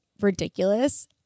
ridiculous